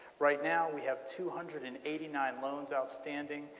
right now we have two hundred and eighty nine loans outstanding.